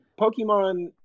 pokemon